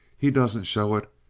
he doesn't show it,